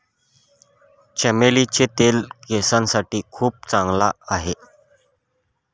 चमेलीचे तेल केसांसाठी खूप चांगला आहे